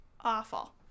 awful